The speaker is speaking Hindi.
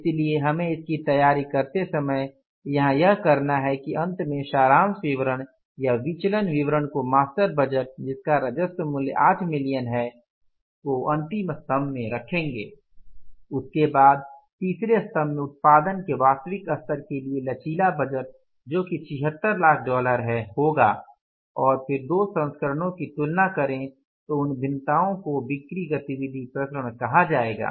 इसलिए हमें इसकी तैयारी करते समय यहां यह करना है कि अंत में सारांश विवरण या विचलन विवरण को मास्टर बजट जिसका राजस्व मूल्य 8 मिलियन है की अंतिम स्तम्भ में रखेंगे उसके बाद तीसरे स्तम्भ में उत्पादन के वास्तविक स्तर के लिए लचीला बजट जो कि 76 लाख डॉलर है होगा और फिर दो संस्करणों की तुलना करें तो उन भिन्नताओं को बिक्री गतिविधि विचरण कहा जायेगा